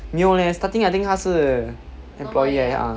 没有 leh starting I think 他是 employee 来的